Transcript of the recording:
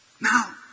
Now